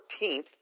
14th